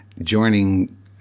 joining